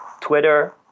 Twitter